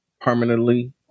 permanently